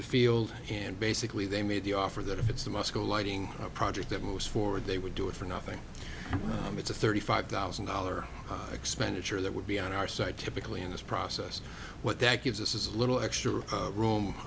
the field and basically they made the offer that it's the moscow lighting project that moves forward they would do it for nothing it's a thirty five thousand dollar expenditure that would be on our side typically in this process what that gives us is a little extra